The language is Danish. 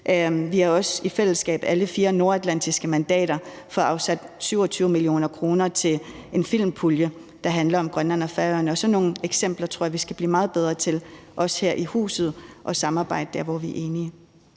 Vi har også i fællesskab, alle fire nordatlantiske mandater, fået afsat 27 mio. kr. til en filmpulje, der handler om Grønland og Færøerne. Sådan nogle eksempler tror jeg vi skal blive meget bedre til også her i huset at samarbejde om, altså de steder, hvor vi er enige.